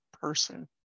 person